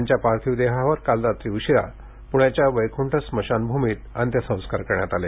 त्यांच्या पार्थिव देहावर काल रात्री उशिरा पुण्याच्या वैकुंठ स्मशानभूमीमध्ये अंत्यसंस्कार करण्यात आले